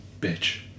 bitch